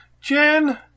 Jen